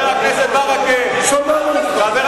שמענו, הם עושים טרור, אדוני היושב-ראש.